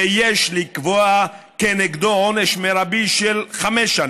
ויש לקבוע כנגדו עונש מרבי של חמש שנים,